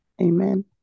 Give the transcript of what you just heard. Amen